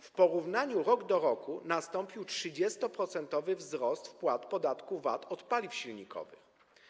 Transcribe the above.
W porównaniu rok do roku nastąpił 30-procentowy wzrost wpłat podatku VAT od paliw silnikowych.